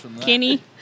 Kenny